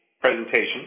presentation